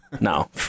No